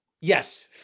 Yes